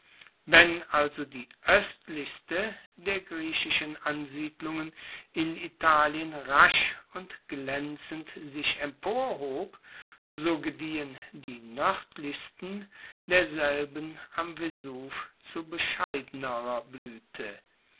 wenn also die oestlichste der griechischen ansiedlungen in italien rasch und glaenzend sich emporhob so gediehen die noerdlichsten derselben am vesuv zu bescheidnerer bluete